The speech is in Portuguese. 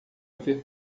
ver